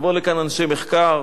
יבואו לכאן אנשי מחקר,